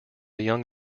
young